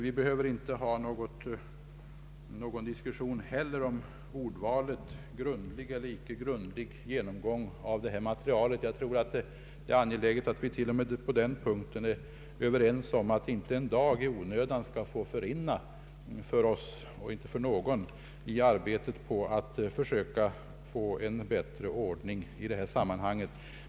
Vi behöver inte heller ha någon diskussion om ordvalet beträffande grundlig eller icke grundlig genomgång av detta material. Det är angeläget att vi till och med på den punkten är överens om att inte en dag skall få förrinna för oss — och inte för någon — i onödan i arbetet på att försöka få en bättre ordning i detta sammanhang.